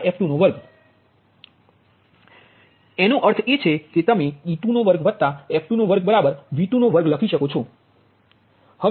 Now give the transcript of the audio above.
V2e22f22 એનો અર્થ એ કે તમે e22 f22 બરાબર V22 લખી શકો છો